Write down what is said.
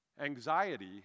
Anxiety